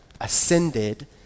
ascended